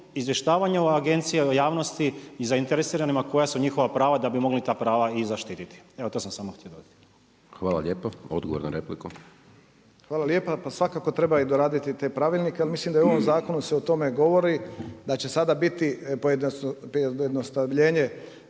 izvještavanju agencije o javnosti i zainteresiranima koja su njihova prava da bi mogli ta prava i zaštiti. Evo to sam samo htio dodati. **Hajdaš Dončić, Siniša (SDP)** Hvala lijepo. Odgovor na repliku. **Ćosić, Pero (HDZ)** Hvala lijepa, pa svakako treba i doraditi te pravilnike. Ali mislim da i u ovom zakonu se o tome govori da će sada biti pojednostavljenje,